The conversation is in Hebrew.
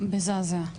מזעזע.